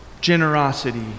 generosity